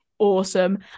awesome